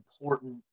important